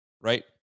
right